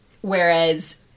whereas